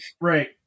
Right